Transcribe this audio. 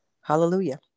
hallelujah